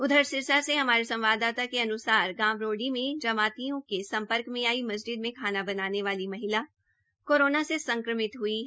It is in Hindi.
उधर सिरसा से हमारे संवाददाता के अनुसार गांव रोड़ी में जमातियों के सम्पर्क में आई मस्जिद मे खाना बनाने वाली महिला कोरोना से संक्रमित हई है